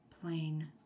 plain